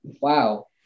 wow